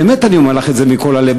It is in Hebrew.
באמת אני אומר לך את זה מכל הלב,